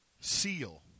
seal